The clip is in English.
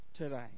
today